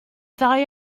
ddau